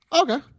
Okay